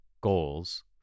goals